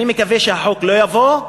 אני מקווה שהחוק לא יבוא,